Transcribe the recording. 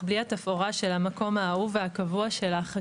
בלי התפאורה של המקום האהוב והקבוע שלך,